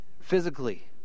physically